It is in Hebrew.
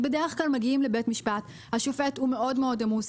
בדרך-כלל כשמגיעים לבית המשפט השופט מאוד עמוס.